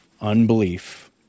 unbelief